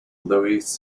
louis